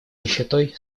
нищетой